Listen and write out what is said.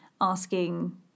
asking